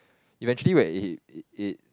eventually when it it it